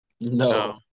No